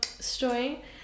Story